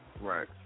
Right